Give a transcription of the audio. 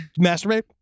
Masturbate